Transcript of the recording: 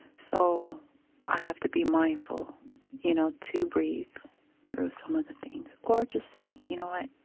so i have to be mindful you know to breathe through some of the things. or just say, you know what?